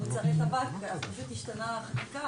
או מוצרים שיהיה לו סמכות או לעשות לזה ריקול.